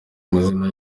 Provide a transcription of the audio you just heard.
amazina